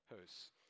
hosts